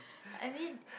I mean